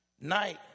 Night